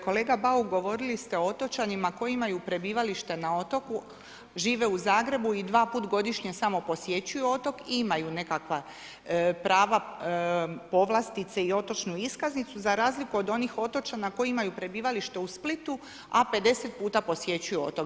Kolega Bauk, govorili ste o otočanima koji imaju prebivalište na otoku, žive u Zagrebu i dva puta godišnje samo posjećuju otok i imaju nekakva prava, povlastice i otočnu iskaznicu za razliku od onih otočana koji imaju prebivalište u Splitu, a 50 puta posjećuju otok.